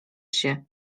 się